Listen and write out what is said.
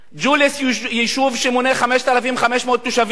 ג'וליס, יישוב שמונה 5,500 תושבים,